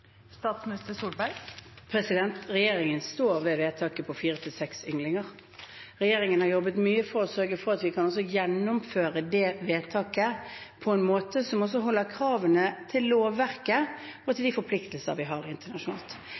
Regjeringen står ved vedtaket på fire–seks ynglinger. Regjeringen har jobbet mye for å sørge for at vi kan gjennomføre det vedtaket på en måte som også overholder kravene til lovverket og til de forpliktelsene vi har internasjonalt.